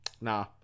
nah